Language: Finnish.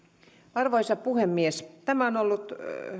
arvoisa puhemies tämä on ollut